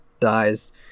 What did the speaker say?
dies